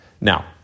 Now